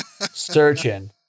searching